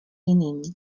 jiným